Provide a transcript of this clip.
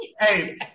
hey